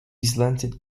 slanted